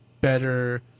better